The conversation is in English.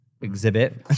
exhibit